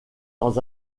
dans